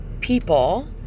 people